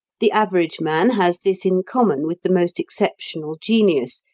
the average man has this in common with the most exceptional genius,